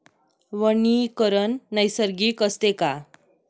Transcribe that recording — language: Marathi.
वनीकरण नैसर्गिक असते का?